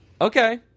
Okay